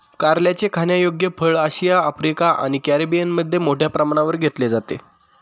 कारल्याचे खाण्यायोग्य फळ आशिया, आफ्रिका आणि कॅरिबियनमध्ये मोठ्या प्रमाणावर घेतले जाते